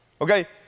okay